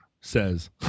says